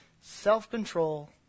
self-control